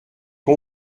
con